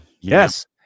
Yes